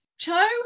Cho